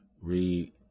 read